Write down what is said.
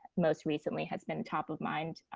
most recently has been top of mind.